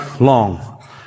long